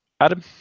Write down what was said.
Adam